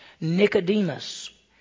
Nicodemus